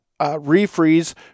refreeze